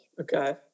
Okay